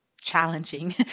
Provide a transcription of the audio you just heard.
challenging